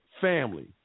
family